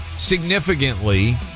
Significantly